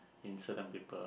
in certain people